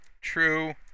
True